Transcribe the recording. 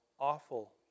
awful